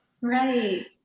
Right